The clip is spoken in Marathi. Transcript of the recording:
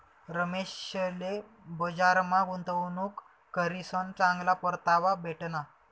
रमेशले बजारमा गुंतवणूक करीसन चांगला परतावा भेटना